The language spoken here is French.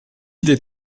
des